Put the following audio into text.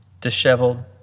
disheveled